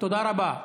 תודה רבה.